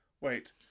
wait